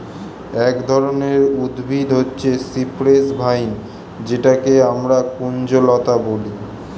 এক ধরনের উদ্ভিদ হচ্ছে সিপ্রেস ভাইন যেটাকে আমরা কুঞ্জলতা বলি